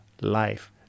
life